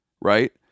right